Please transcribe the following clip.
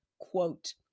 quote